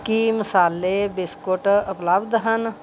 ਕੀ ਮਸਾਲੇ ਬਿਸਕੁਟ ਉਪਲੱਬਧ ਹਨ